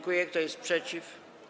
Kto jest przeciw?